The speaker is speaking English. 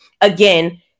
again